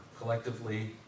collectively